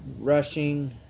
Rushing